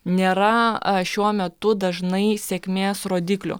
nėra šiuo metu dažnai sėkmės rodiklių